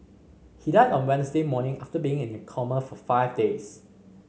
he died on Wednesday morning after being in a coma for five days